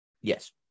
Yes